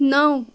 نَو